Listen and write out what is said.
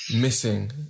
missing